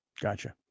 Gotcha